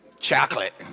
Chocolate